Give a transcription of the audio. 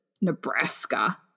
Nebraska